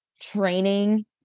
training